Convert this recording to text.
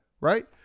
right